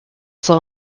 slow